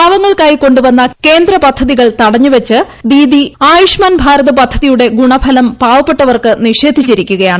പാവങ്ങൾ ക്കായി കൊണ്ടുവന്ന കേന്ദ്രപദ്ധതികൾ തടഞ്ഞു വച്ച് ദീദീ ആയുഷ്മാൻ ഭാരത് പദ്ധതിയുടെ ഗുണഫലം പാവപ്പെട്ട വർക്ക് നിഷേധിച്ചിരിക്കുകയാണ്